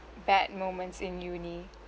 bad moments in uni